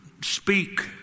speak